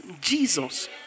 Jesus